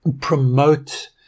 promote